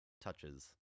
touches